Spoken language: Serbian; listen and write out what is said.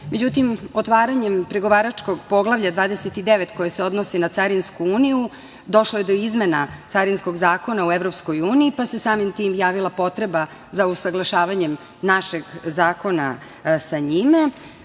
Međutim, otvaranjem pregovaračkog Poglavlja 29, koje se odnosi na Carinsku uniju, došlo je do izmena Carinskog zakona u EU, pa se samim tim javila potreba za usaglašavanjem našeg zakona sa